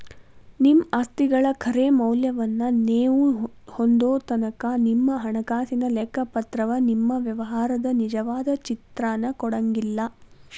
ನಿಮ್ಮ ಆಸ್ತಿಗಳ ಖರೆ ಮೌಲ್ಯವನ್ನ ನೇವು ಹೊಂದೊತನಕಾ ನಿಮ್ಮ ಹಣಕಾಸಿನ ಲೆಕ್ಕಪತ್ರವ ನಿಮ್ಮ ವ್ಯವಹಾರದ ನಿಜವಾದ ಚಿತ್ರಾನ ಕೊಡಂಗಿಲ್ಲಾ